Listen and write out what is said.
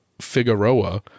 Figueroa